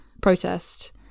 protest